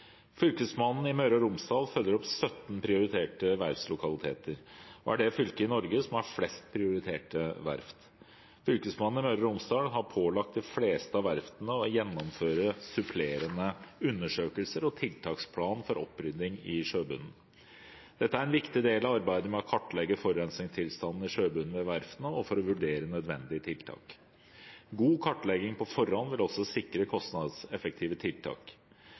Fylkesmannen i Møre og Romsdal følger opp 17 prioriterte verftslokaliteter og er det fylket i Norge som har flest prioriterte verft. Fylkesmannen i Møre og Romsdal har pålagt de fleste av verftene å gjennomføre supplerende undersøkelser og tiltaksplan for opprydding i sjøbunnen. Dette er en viktig del av arbeidet med å kartlegge forurensningstilstanden i sjøbunnen ved verftene og for å vurdere nødvendige tiltak. God kartlegging på forhånd vil også sikre kostnadseffektive tiltak.